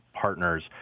partners